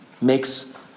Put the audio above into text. makes